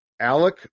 Alec